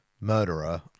murderer